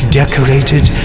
decorated